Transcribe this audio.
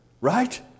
Right